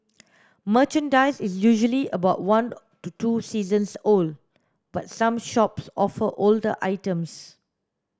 merchandise is usually about one to two seasons old but some shops offer older items